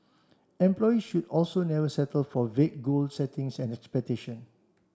employees should also never settle for vague goal settings and expectation